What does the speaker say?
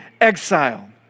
exile